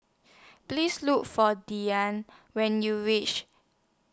Please Look For when YOU wish